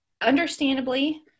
understandably